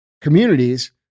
Communities